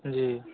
जी